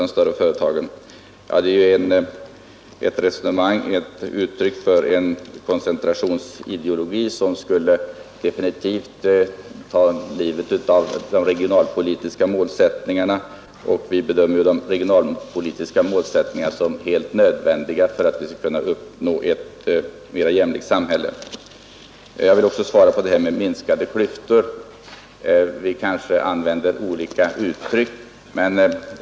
Detta resonemang är ett uttryck för en koncentrationsideologi, som skulle definitivt ta livet av de regionalpolitiska målsättningarna, och vi bedömer dessa målsättningar som helt nödvändiga för att vi skall kunna uppnå ett mera jämlikt samhälle. Vad beträffar att minska klyftorna är det möjligt att vi använder olika uttryck.